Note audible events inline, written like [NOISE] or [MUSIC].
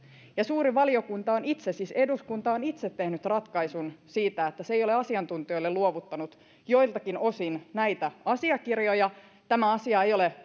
ja suuri valiokunta on itse siis eduskunta on itse tehnyt ratkaisun siitä että se ei ole asiantuntijoille luovuttanut joiltakin osin näitä asiakirjoja tämä asia ei ole [UNINTELLIGIBLE]